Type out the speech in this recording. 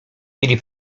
byli